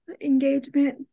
engagement